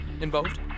involved